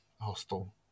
Hostel